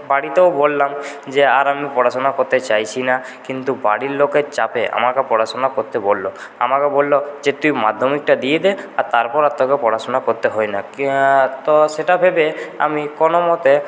বাড়িতেও বললাম যে আর আমি পড়াশোনা করতে চাইছি না কিন্তু বাড়ির লোকের চাপে আমাকে পড়াশোনা করতে বললো আমাকে বললো যে তুই মাধ্যমিকটা দিয়ে দে আর তারপর আর তোকে পড়াশোনা করতে হয় না তো সেটা ভেবে আমি কোনো মতে